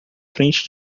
frente